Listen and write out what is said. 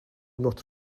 not